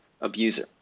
abuser